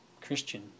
Christian